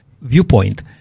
viewpoint